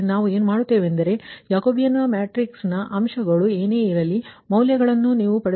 ಆದ್ದರಿಂದ ನಾವು ಏನು ಮಾಡುತ್ತೇವೆಂದರೆ ಜಾಕೋಬಿಯನ್ ಮ್ಯಾಟ್ರಿಕ್ಸ್ ಜಾಕೋಬಿಯನ್ ಅಂಶಗಳು ಏನೇ ಇರಲಿ ನೀವು ಈ ಮೌಲ್ಯಗಳನ್ನು ಪಡೆದುಕೊಂಡಿದ್ದೀರಿ